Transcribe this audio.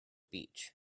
beach